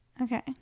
Okay